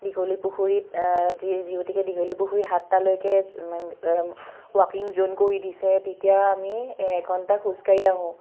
দীঘলী পুখুৰীত যি যি গতিকে দীঘলী পুখুৰী সাতটালৈকে ৱাকিং জ'ন কৰি দিছে তেতিয়া আমি এঘণ্টা খোজকাঢ়ি আহোঁ